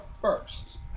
first